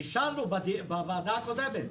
אישרנו בוועדה הקודמת.